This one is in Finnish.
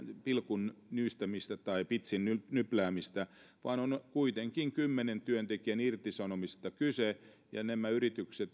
pilkun nyystämistä tai pitsinnypläämistä vaan on kuitenkin kymmenen työntekijän irtisanomisesta kyse ja kun nämä yritykset